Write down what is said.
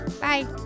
Bye